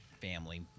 family